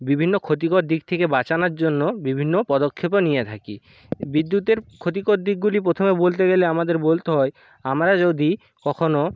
বিভিন্ন ক্ষতিকর দিক থেকে বাঁচানার জন্য বিভিন্ন পদক্ষেপও নিয়ে থাকি বিদ্যুতের ক্ষতিকর দিকগুলি প্রথমে বলতে গেলে আমাদের বলতে হয় আমরা যদি কখনও